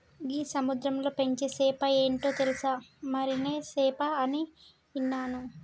గీ సముద్రంలో పెంచే సేప ఏంటో తెలుసా, మరినే సేప అని ఇన్నాను